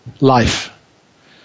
life